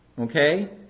okay